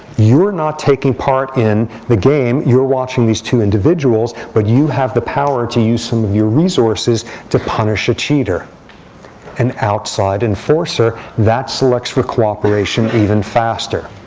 you are not taking part in the game. you're watching these two individuals, but you have the power to use some of your resources to punish a cheater an outside enforcer. that selects for cooperation even faster.